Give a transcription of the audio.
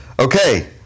Okay